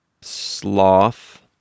sloth